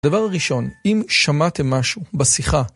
דבר ראשון, אם שמעתם משהו בשיחה